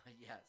Yes